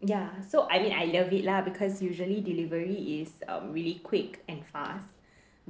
ya so I mean I love it lah because usually delivery is uh really quick and fast